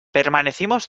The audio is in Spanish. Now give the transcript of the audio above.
permanecimos